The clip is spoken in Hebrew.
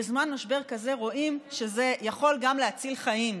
בזמן משבר כזה רואים שזה יכול גם להציל חיים,